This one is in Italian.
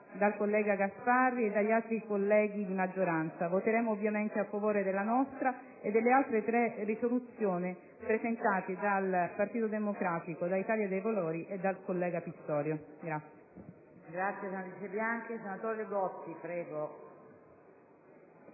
dal collega Gasparri e dagli altri colleghi di maggioranza. Voteremo invece ovviamente a favore della nostra e delle altre proposte di risoluzione presentate dal Partito Democratico, dall'Italia dei Valori e dal collega Pistorio.